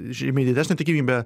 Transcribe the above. žymiai didesnė tikimybė